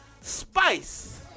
Spice